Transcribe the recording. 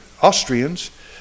Austrians